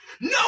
No